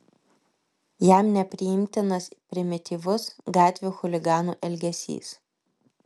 jam nepriimtinas primityvus gatvių chuliganų elgesys